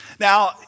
Now